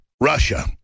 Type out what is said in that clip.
Russia